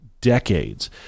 decades